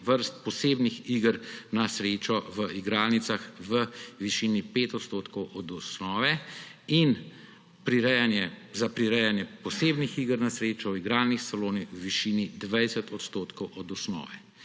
vrst posebnih iger na srečo v igralnicah v višini 5 % od osnove in za prirejanje posebnih iger na srečo v igralnih salonih v višini 20 % od osnove.